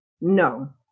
No